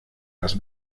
las